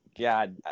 god